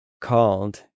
called